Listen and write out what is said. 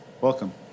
Welcome